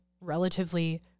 relatively